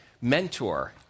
mentor